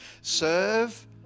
Serve